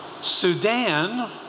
Sudan